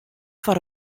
foar